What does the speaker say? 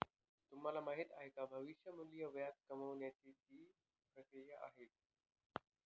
तुम्हाला माहिती आहे का? भविष्य मूल्य व्याज कमावण्याची ची प्रक्रिया आहे